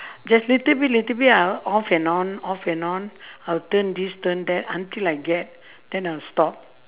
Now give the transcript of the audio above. just little bit little bit I'll off and on off and on I'll turn this turn that until I get then I'll stop